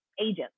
agents